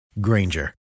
Granger